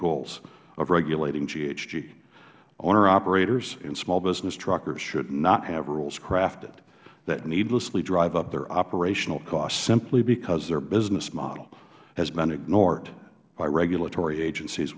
goals of regulating ghg owner operators and small business truckers should not have rules crafted that needlessly drive up their operational costs simply because their business model has been ignored by regulatory agencies